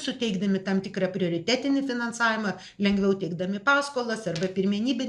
suteikdami tam tikrą prioritetinį finansavimą lengviau teikdami paskolas arba pirmenybę